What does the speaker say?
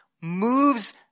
moves